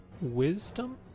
wisdom